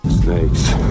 Snakes